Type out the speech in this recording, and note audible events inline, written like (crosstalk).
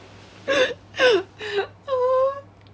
(laughs)